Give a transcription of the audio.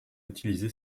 utilisé